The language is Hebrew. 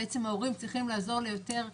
ההורים צריכים לעזור ליותר ילדים,